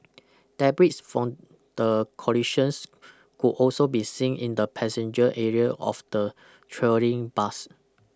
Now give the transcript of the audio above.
debris from the collisions could also be seen in the passenger area of the trailing bus